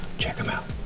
check him out